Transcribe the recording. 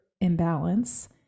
imbalance